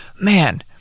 man